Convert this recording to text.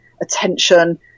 attention